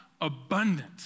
abundant